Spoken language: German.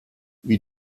wie